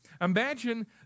Imagine